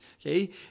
okay